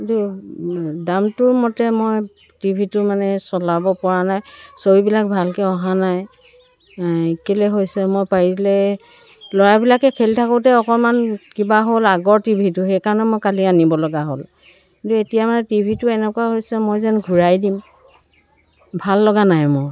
কিন্তু দামটো মতে মই টি ভিটো মানে চলাব পৰা নাই ছবিবিলাক ভালকৈ অহা নাই কেলে হৈছে মই পাৰিলে ল'ৰাবিলাকে খেলি থাকোঁতে অকণমান কিবা হ'ল আগৰ টি ভিটো সেইকাৰণে মই কালি আনিবলগা হ'ল কিন্তু এতিয়া মানে টি ভিটো এনেকুৱা হৈছে মই যেন ঘুৰাই দিম ভাল লগা নাই মোৰ